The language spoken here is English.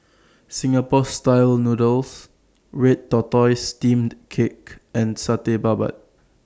Singapore Style Noodles Red Tortoise Steamed Cake and Satay Babat